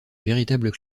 véritables